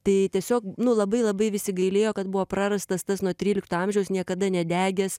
tai tiesiog nu labai labai visi gailėjo kad buvo prarastas tas nuo trylikto amžiaus niekada nedegęs